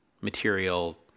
material